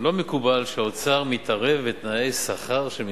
לא מקובל שהאוצר מתערב בתנאי שכר של מכרז.